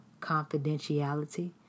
confidentiality